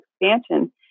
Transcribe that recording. expansion